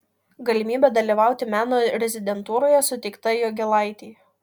galimybė dalyvauti meno rezidentūroje suteikta jogėlaitei